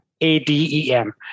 A-D-E-M